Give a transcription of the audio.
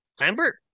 Lambert